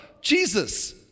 Jesus